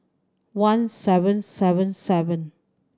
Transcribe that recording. one seven seven seven